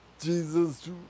Jesus